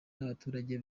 n’abaturage